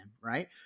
right